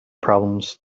problems